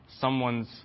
someone's